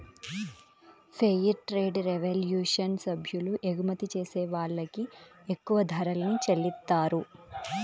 fair trade revolution సభ్యులు ఎగుమతి చేసే వాళ్ళకి ఎక్కువ ధరల్ని చెల్లిత్తారు